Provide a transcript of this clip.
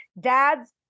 dad's